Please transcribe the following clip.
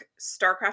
*Starcraft